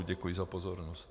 Děkuji za pozornost.